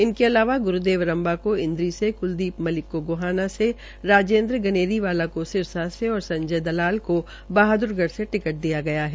इसके अलावा ग्रूदेव रम्बा को इन्द्री से कुलदीप मलिक को गोहाना से राजेन्द्र गनेरीवाला को सिरसा से और संजय दलालको बहाद्रगढ़ से टिकट दिया गया है